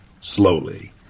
slowly